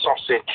sausage